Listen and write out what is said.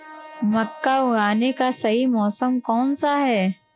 मक्का उगाने का सही मौसम कौनसा है?